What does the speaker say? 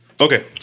Okay